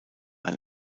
ein